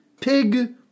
pig